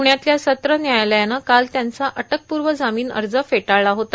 प्ण्यातल्या सत्र न्यायालयानं काल त्यांचा अटकपूव जामीन अज फेटाळला होता